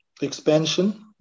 Expansion